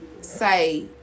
say